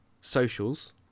socials